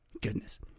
Goodness